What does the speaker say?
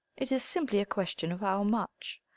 it is simply a question of how much.